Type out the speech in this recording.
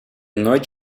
nooit